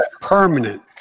permanent